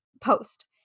post